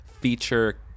feature